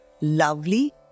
lovely